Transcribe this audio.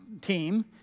team